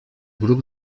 grup